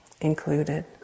included